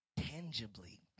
tangibly